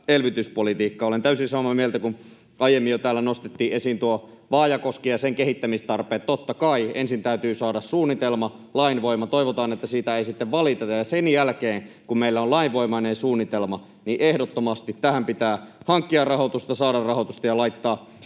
elvytyspolitiikkaa. Olen täysin samaa mieltä — täällä jo aiemmin nostettiin esiin tuo Vaajakoski ja sen kehittämistarpeet. Totta kai, ensin täytyy saada suunnitelma, lainvoima. Toivotaan, että siitä ei sitten valiteta, ja sen jälkeen kun meillä on lainvoimainen suunnitelma, niin ehdottomasti tähän pitää hankkia rahoitusta, saada rahoitusta ja laittaa